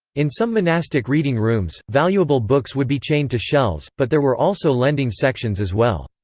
in some monastic reading rooms, valuable books would be chained to shelves, but there were also lending sections as well.